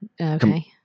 Okay